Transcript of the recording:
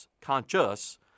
conscious